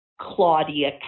Claudia